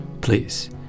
Please